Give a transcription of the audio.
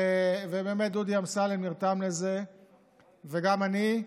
ובאמת, דודי אמסלם נרתם לזה וגם אני,